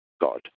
God